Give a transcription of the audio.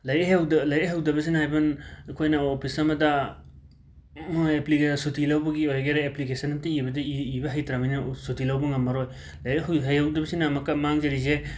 ꯂꯥꯏꯔꯤꯛ ꯍꯩꯍꯧꯗꯕ ꯂꯥꯏꯔꯤꯛ ꯍꯩꯍꯧꯗꯕꯖꯤꯅ ꯏꯕꯟ ꯑꯩꯈꯣꯏꯅ ꯑꯣꯄꯤꯁ ꯑꯃꯗ ꯑꯦꯄ꯭ꯂꯤ ꯁꯨꯇꯤ ꯂꯧꯕꯒꯤ ꯑꯣꯏꯒꯦꯔ ꯑꯦꯄ꯭ꯂꯤꯀꯦꯁꯟ ꯑꯝꯃꯠꯇ ꯏꯕꯗꯨ ꯏ ꯏꯕ ꯍꯩꯇꯔꯕꯅꯤꯅ ꯁꯨꯇꯤ ꯂꯧꯕ ꯉꯝꯃꯔꯣꯏ ꯂꯥꯏꯔꯤꯛ ꯍꯨ ꯍꯩꯍꯧꯗꯕꯁꯤꯅ ꯑꯃꯨꯛꯀ ꯃꯥꯡꯖꯔꯤꯖꯦ